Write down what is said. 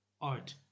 art